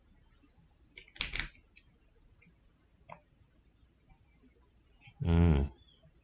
mm